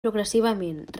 progressivament